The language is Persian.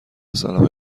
صلاح